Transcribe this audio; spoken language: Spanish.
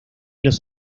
los